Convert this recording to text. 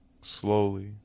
slowly